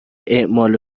اعمال